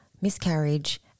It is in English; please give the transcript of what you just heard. miscarriage